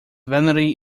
vanity